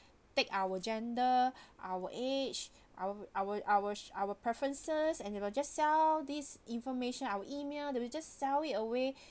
take our gender our age our our our our preferences and they will just sell this information our email they will just sell it away